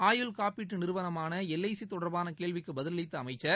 ஆயுள் காப்பீட்டு நிறுவனமான எல்ஐசி தொடர்பான கேள்விக்கு பதிலளித்த அமைச்சர்